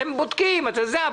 אתם בודקים וכן הלאה,